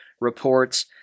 reports